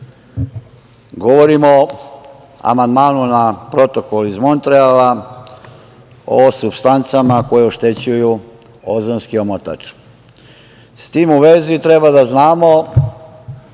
pamet. Govorim o amandmanu na Protokol iz Montreala o supstancama koje oštećuju ozonski omotač. S tim u vezi treba da znamo